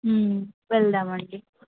వెళ్దామండి